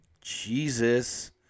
Jesus